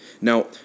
Now